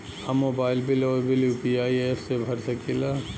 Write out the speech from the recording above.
हम mobile bill और bill UPI app से भर सकिला